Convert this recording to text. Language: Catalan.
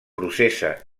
processa